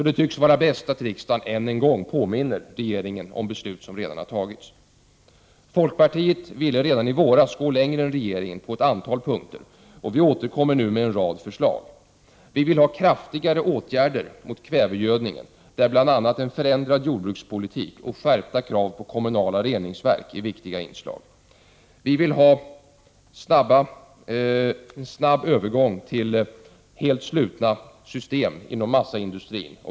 Det tycks vara bäst att riksdagen än en gång påminner regeringen om beslut som redan har fattats. Folkpartiet ville redan i våras gå längre än regeringen på ett antal punkter. Vi återkommer nu med en rad förslag. Vi vill ha kraftigare åtgärder mot kvävegödningen, där bl.a. en förändrad jordbrukspolitik och skärpta krav på kommunala reningsverk är viktiga inslag. Vi vill ha en snabb övergång till helt slutna system inom massaindustrin.